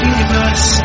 Universe